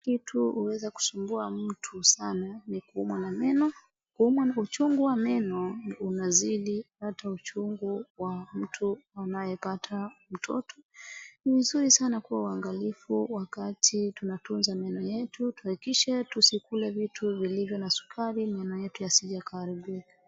Kitu huweza kusumbua mtu sana ni kuumwa na meno. Kuumwa na uchungu wa meno unazidi hata uchungu wa mtu anayepata mtoto. Ni vizuri sana kuwa waangalifu wakati tunatunza meno yetu tuhakikishe tusikule vitu vilivyo na sukari meno yetu yasije yakaharibika.